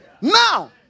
Now